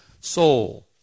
soul